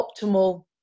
optimal